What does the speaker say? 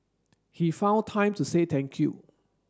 he found time to say thank you